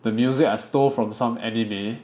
the music I stole from some anime